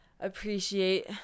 appreciate